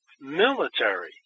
military